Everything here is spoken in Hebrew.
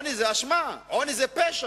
עוני זה אשמה, עוני זה פשע,